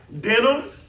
Denim